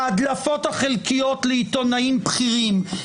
ההדלפות החלקיות לעיתונאים בכירים,